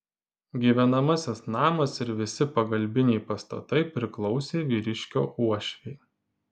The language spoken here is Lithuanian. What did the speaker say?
gyvenamasis namas ir visi pagalbiniai pastatai priklausė vyriškio uošvei